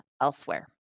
elsewhere